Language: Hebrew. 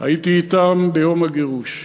הייתי אתם ביום הגירוש,